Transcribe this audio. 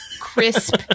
crisp